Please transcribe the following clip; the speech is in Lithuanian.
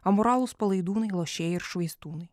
amoralūs palaidūnai lošėjai ir švaistūnai